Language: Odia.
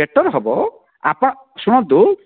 ବେଟର୍ ହେବ ଆପଣ ଶୁଣନ୍ତୁ